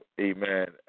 amen